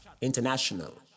International